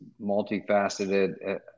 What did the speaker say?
multifaceted